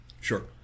Sure